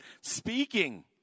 speaking